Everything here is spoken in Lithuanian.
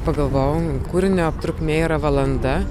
pagalvojau kūrinio trukmė yra valanda